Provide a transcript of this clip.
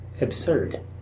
absurd